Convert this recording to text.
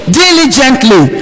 diligently